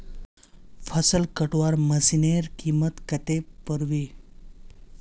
फसल कटवार मशीनेर कीमत कत्ते पोर बे